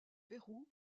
pérou